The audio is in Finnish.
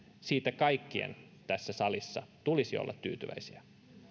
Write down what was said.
siitä kaikkien tässä salissa tulisi olla tyytyväisiä